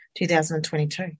2022